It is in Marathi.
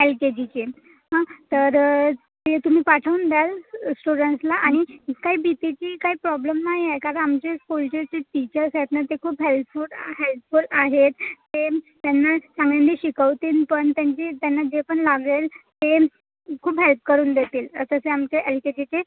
एल के जीचे तर ते तुम्ही पाठवून द्याल स्टुडंटसना आणि काही भीतीची काही प्रॉब्लेम नाही आहे कारण आमचे स्कूलचे जे टीचर्स आहेत ना ते खूप हेल्पफूल हेल्पफूल आहेत ते त्यांना चांगल्याने शिकवतील पण त्यांची त्यांना जे पण लागेल ते खूप हेल्प करून देतील असे असे आमचे एल के जीचे